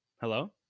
Hello